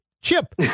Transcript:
Chip